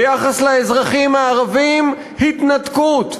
ביחס לאזרחים הערבים, התנתקות.